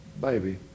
baby